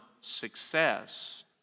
success